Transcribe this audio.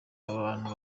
abantu